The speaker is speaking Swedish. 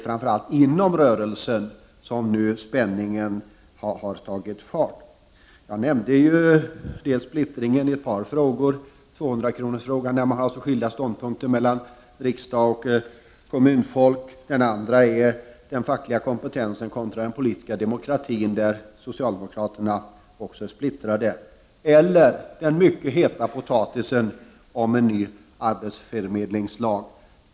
Men framför allt är det inom rörelsen som spänningen har tagit fart. Jag har själv nämnt den splittring som uppstått i många frågor, t.ex. i den s.k. 200-kronorsfrågan där socialdemokraterna i riksdagen resp. kommunerna har skilda ståndpunkter. En annan fråga gäller den fackliga kompetensen kontra den politiska demokratin där socialdemokratin också är splittrad. Dessutom är man det i fråga om den mycket heta potatisen om en ny arbetsförmedlingslag.